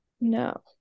No